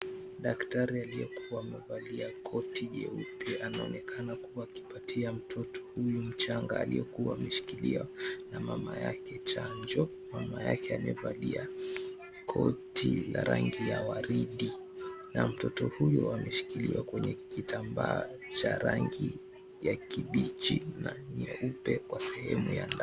Daktari aliyekua amevalia koti jeupe, anaonekana kuwa akipatia mtoto huyu mchanga aliyekuwa ameshikiliwa na mama yake chanjo. Mama yake amevalia koti la rangi ya waridi na mtoto huyo ameshikiliwa kwenye kita𝑚baa cha rangi ya kibichi na nyeupe kwa sehemu ya ndani.